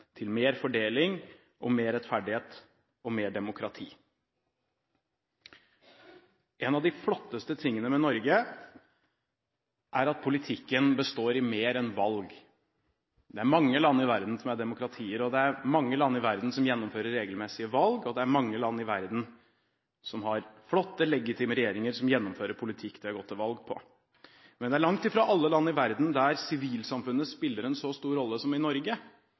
til mer fordeling, mer rettferdighet og mer demokrati. En av de flotteste tingene med Norge er at politikken består av mer enn valg. Det er mange land i verden som er demokratier, det er mange land i verden som gjennomfører regelmessige valg, og det er mange land i verden som har flotte legitime regjeringer som gjennomfører politikk de har gått til valg på, men det er langt fra alle land i verden der sivilsamfunnet spiller en så stor rolle som i Norge.